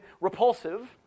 repulsive